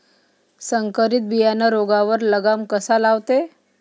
संकरीत बियानं रोगावर लगाम कसा लावते?